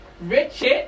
Richard